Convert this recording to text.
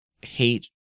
hate